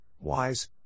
wise